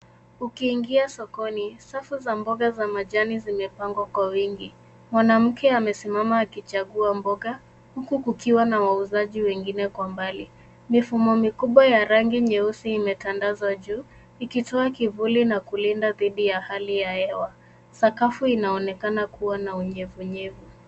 Ukiingia sokoni, safu za mboga za majani zimepangwa kwa wingi. Mwanamke amesimama akichagua mboga huku kukiwa na wauzaji wengine kwa mbali. Mifumo mikubwa ya rangi nyeusi imetandazwa juu, ikitoa kivuli na kulinda dhidi ya hali ya hewa. Sakafu inaonekana kuwa na unyevunyevu.